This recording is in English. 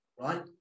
right